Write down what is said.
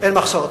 אין מחסור,